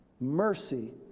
mercy